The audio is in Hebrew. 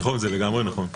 זה לגמרי נכון.